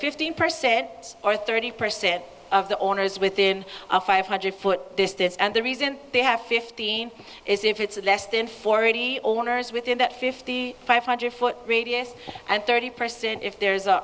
fifteen percent or thirty percent of the owners within a five hundred foot distance and the reason they have fifteen is if it's less than for any owners within that fifty five hundred foot radius and thirty percent if there is a